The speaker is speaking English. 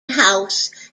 house